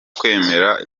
kwemera